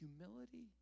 Humility